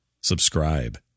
subscribe